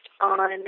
on